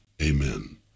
Amen